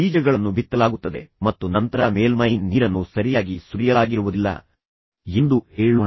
ಬೀಜಗಳನ್ನು ಬಿತ್ತಲಾಗುತ್ತದೆ ಮತ್ತು ನಂತರ ಮೇಲ್ಮೈ ನೀರನ್ನು ಸರಿಯಾಗಿ ಸುರಿಯಲಾಗಿರುವುದಿಲ್ಲ ಎಂದು ಹೇಳೋಣ